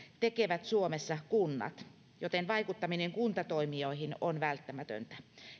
tekevät suomessa kunnat joten vaikuttaminen kuntatoimijoihin on välttämätöntä